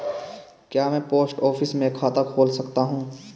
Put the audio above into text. क्या मैं post office में खाता खोल सकता हूँ?